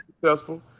successful